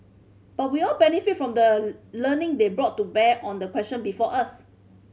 but we all benefited from the learning they brought to bear on the question before us